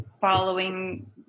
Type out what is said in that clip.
following